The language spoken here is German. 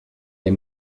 der